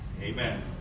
Amen